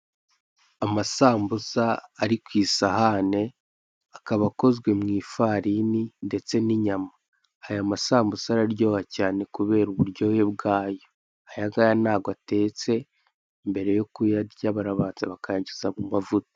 Amasambusa ari ku isahani akaba akozwe mu ifarini ndetse n'inyama aya masambusa araryoha cyane kubera uburyohe bwayo ayangaya ntago atetse mbere yo kuyarya barabanza bakayanyuza mu mavuta.